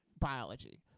biology